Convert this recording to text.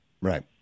right